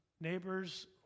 neighbors